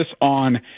on